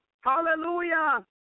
Hallelujah